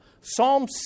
Psalm